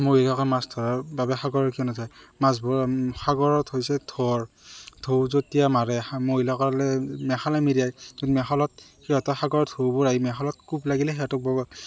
মহিলাসকলে মাছ ধৰাৰ বাবে সাগৰ কিয় নাযায় মাছবোৰ সাগৰত হৈছে ঢৌৰ ঢৌ যেতিয়া মাৰে মহিলাসকলে মেখেলা মেৰিয়াই মেখালত সিহঁতৰ সাগৰ ঢৌবোৰ আহি মেখালত কুব লাগিলে সিহঁতক বগ